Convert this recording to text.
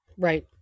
right